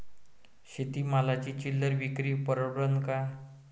शेती मालाची चिल्लर विक्री परवडन का?